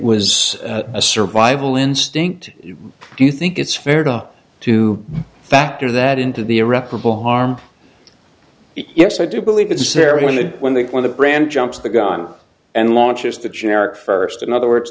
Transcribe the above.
was a survival instinct do you think it's fair to to factor that into the irreparable harm yes i do believe it is there when the when the when the brand jumps the gun and launches the generic first in other words